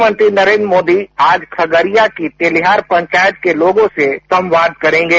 प्रधानमंत्री नरेन्द्र मोदी आज खगड़िया की तेलिहार पंचायत के लोगों से संवाद करेंगे